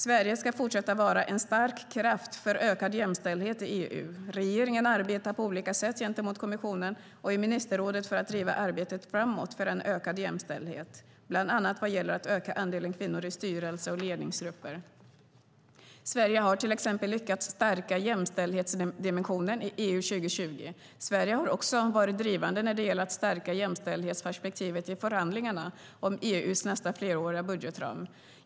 Sverige ska fortsätta att vara en stark kraft för ökad jämställdhet i EU. Regeringen arbetar på olika sätt gentemot kommissionen och i ministerrådet för att driva arbetet framåt för en ökad jämställdhet, bland annat vad gäller att öka andelen kvinnor i styrelser och ledningsgrupper. Sverige har till exempel lyckats stärka jämställdhetsdimensionen i EU 2020. Sverige har också varit drivande när det gäller att stärka jämställdhetsperspektivet i förhandlingarna om EU:s nästa fleråriga budgetram.